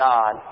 God